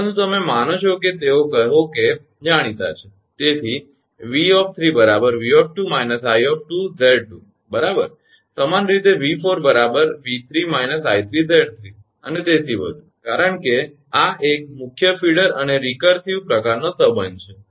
પરંતુ તમે માનો છો કે તેઓ કહો કે જાણીતા છે તેથી 𝑉 𝑉 − 𝐼𝑍 બરાબર સમાન રીતે 𝑉 𝑉 − 𝐼𝑍 અને તેથી વધુ કારણ કે આ એક મુખ્ય ફીડર અને રિકરસીવ પ્રકારનો સંબંધ છે